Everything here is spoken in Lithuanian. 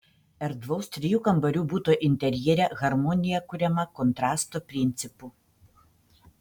erdvaus trijų kambarių buto interjere harmonija kuriama kontrasto principu